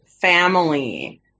family